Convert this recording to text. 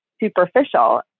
superficial